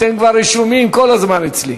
אתם כבר רשומים כל הזמן אצלי.